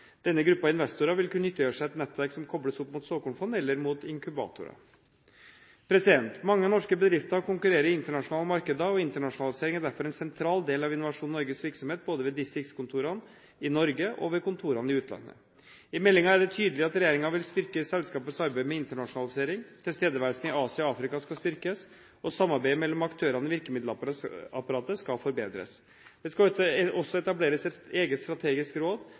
Denne gruppen investorer vil kunne nyttiggjøre seg av nettverk som kobles opp mot såkornfond eller mot inkubatorer. Mange norske bedrifter konkurrerer i internasjonale markeder, og internasjonalisering er derfor en sentral del av Innovasjon Norges virksomhet både ved distriktskontorene i Norge og ved kontorene i utlandet. I meldingen er det tydelig at regjeringen vil styrke selskapets arbeid med internasjonalisering. Tilstedeværelsen i Asia og Afrika skal styrkes, og samarbeidet mellom aktørene i virkemiddelapparatet skal forbedres. Det skal også etableres et eget strategisk råd